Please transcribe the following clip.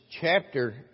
chapter